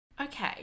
Okay